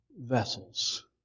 vessels